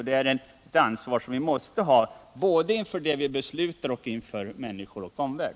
Det är ett ansvar vi måste ta, både inför det vi beslutar och inför människorna i vår omvärld.